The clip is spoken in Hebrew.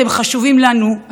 אתם חשובים לנו,